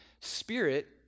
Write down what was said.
Spirit